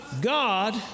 God